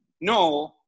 no